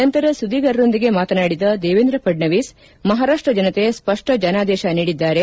ನಂತರ ಸುದ್ದಿಗಾರರೊಂದಿಗೆ ಮಾತನಾಡಿದ ದೇವೇಂದ್ರ ಫಡ್ನವೀಸ್ ಮಹಾರಾಷ್ಟ ಜನತೆ ಸ್ವಷ್ಟ ಜನಾದೇಶ ನೀಡಿದ್ದಾರೆ